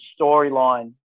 storyline